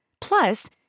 Plus